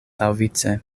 laŭvice